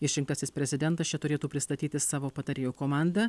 išrinktasis prezidentas čia turėtų pristatyti savo patarėjų komandą